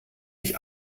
nicht